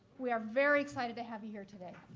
we are very excited to have you here today.